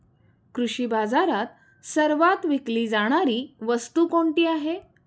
कृषी बाजारात सर्वात विकली जाणारी वस्तू कोणती आहे?